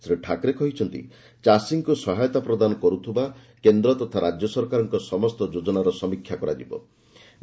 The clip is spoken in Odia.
ଶ୍ରୀ ଠାକ୍ରେ କହିଛନ୍ତି ଚାଷୀଙ୍କୁ ସହାୟତା ପ୍ରଦାନ କରୁଥିବା କେନ୍ଦ୍ର ତଥା ରାଜ୍ୟ ସରକାରଙ୍କ ସମସ୍ତ ଯୋଜନା ଉପରେ ସମୀକ୍ଷା କରିବେ